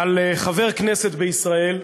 על חבר כנסת בישראל,